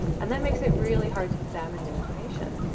and that makes it really hard to examine new information,